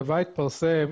בכתבה התפרסם